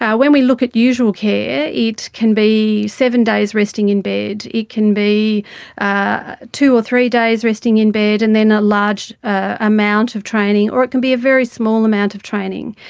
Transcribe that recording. when we look at usual care, it can be seven days resting in bed, it can be ah two or three days resting in bed and then a large amount of training, or it can be a very small amount of training.